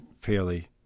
fairly